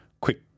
quick